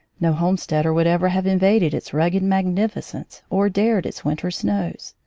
no homesteader would ever have invaded its rugged magnificence or dared its winter snows.